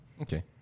Okay